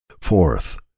Fourth